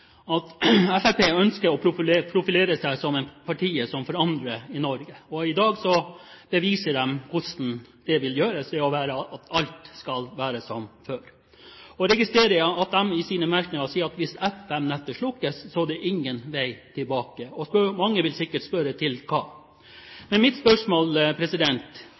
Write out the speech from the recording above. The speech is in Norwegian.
at Fremskrittspartiet ønsker å profilere seg som partiet som forandrer Norge, og i dag beviser de hvordan det skal gjøres – ved at alt skal være som før. Jeg registrerer at de i sine merknader sier at hvis FM-nettet slukkes, er det ingen vei tilbake. Mange vil sikkert spørre: til hva? Øyvind Korsbergs partikollega Ib Thomsen sa i et intervju med Dagbladet at hvis Fremskrittspartiet kommer til makten, vil de arbeide for å reversere dagens vedtak. Mitt